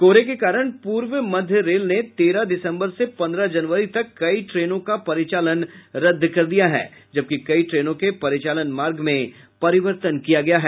कोहरे के कारण पूर्व मध्य रेल ने तेरह दिसम्बर से पन्द्रह जनवरी तक कई ट्रेनों का परिचालन रद्द कर दिया है जबकि कई ट्रेनों के परिचालन मार्ग में परिवर्तन किया गया है